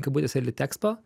kabutėse litekspo